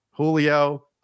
Julio